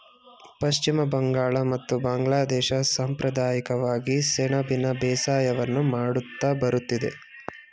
ಪಶ್ಚಿಮ ಬಂಗಾಳ ಮತ್ತು ಬಾಂಗ್ಲಾದೇಶ ಸಂಪ್ರದಾಯಿಕವಾಗಿ ಸೆಣಬಿನ ಬೇಸಾಯವನ್ನು ಮಾಡುತ್ತಾ ಬರುತ್ತಿದೆ